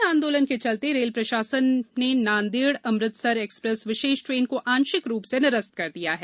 वही किसान आंदोलन के चलते रेल प्रशासन में नांदेड़ अमृतसर एक्सप्रेस विशेष ट्रेन को आंशिक रूप से निरस्त कर दिया है